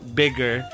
bigger